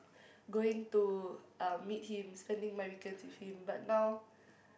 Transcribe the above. going to um meet him spending my weekends with him but now